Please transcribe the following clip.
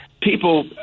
people